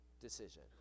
decision